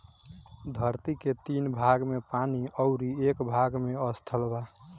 धरती के तीन भाग में पानी अउरी एक भाग में स्थल बा